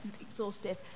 exhaustive